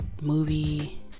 movie